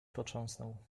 potrząsnął